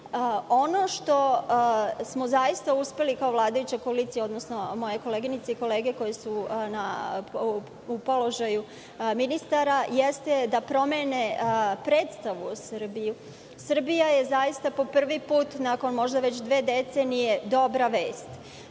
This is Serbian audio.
što smo zaista uspeli kao vladajuća koalicija, odnosno moje koleginice i kolege koje su na položaju ministara jeste da promene predstavu o Srbiji. Srbija je zaista po prvi put nakon možda dve decenije dobra vest.